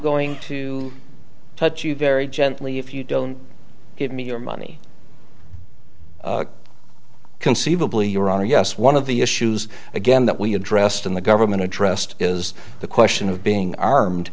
going to touch you very gently if you don't give me your money conceivably your honor yes one of the issues again that we addressed in the government addressed is the question of being armed